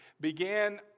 began